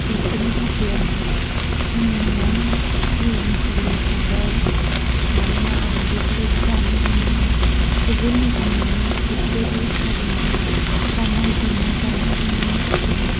बेफोरनि थाखाय आं आंनि न'आवनो उवेभिं खुलिनो सानबाय मानोना आं बेफोरबायदि दानाय लुनायाव जोबोर मोजां मोनो बेफोरबायदि हारिमुनि गाननाय जोमनाय दानाय दुनायनि थाखाय आं